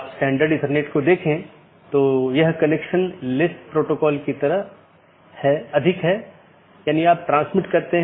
जैसा कि हमने पाथ वेक्टर प्रोटोकॉल में चर्चा की है कि चार पथ विशेषता श्रेणियां हैं